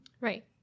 Right